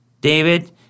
David